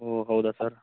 ಓ ಹೌದಾ ಸರ್